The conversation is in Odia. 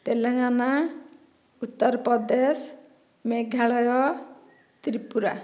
ତେଲେଙ୍ଗାନା ଉତ୍ତରପଦେଶ ମେଘାଳୟ ତ୍ରିପୁରା